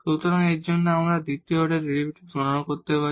সুতরাং এর জন্য আমাদের এখন দ্বিতীয় অর্ডার ডেরিভেটিভস গণনা করতে হবে